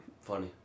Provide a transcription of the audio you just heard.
Funny